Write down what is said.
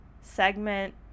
segment